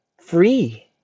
free